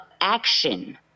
action